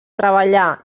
treballar